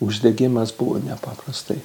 uždegimas buvo nepaprastai